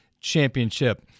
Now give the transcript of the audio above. championship